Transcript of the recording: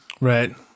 Right